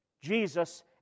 Jesus